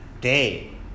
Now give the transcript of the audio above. day